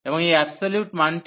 এবং এই অ্যাবসোলিউট মানটি